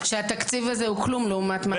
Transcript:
ושהתקציב הזה הוא כלום לעומת מה